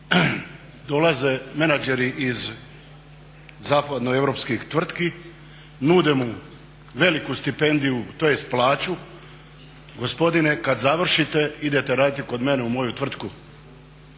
dolaze menadžeri iz zapadnoeuropskih tvrtki, nude mu veliku stipendiju tj. plaću. Gospodine kad završite idete raditi kod mene u moju tvrtku.